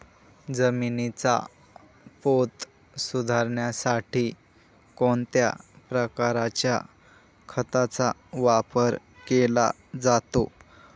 जमिनीचा पोत सुधारण्यासाठी कोणत्या प्रकारच्या खताचा वापर केला जातो?